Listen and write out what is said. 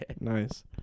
Nice